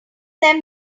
them